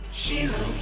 hero